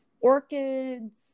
orchids